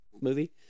movie